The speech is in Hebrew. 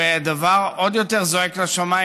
דבר עוד יותר זועק לשמיים,